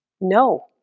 No